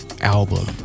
album